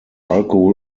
alkohol